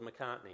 McCartney